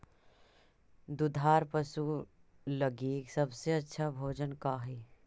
दुधार पशु लगीं सबसे अच्छा भोजन का हई?